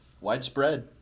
Widespread